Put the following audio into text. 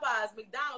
mcdonald's